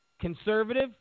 conservative